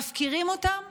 מפקירים אותם